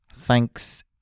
thanks